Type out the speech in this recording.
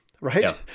right